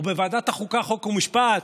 או בוועדת החוקה, חוק ומשפט,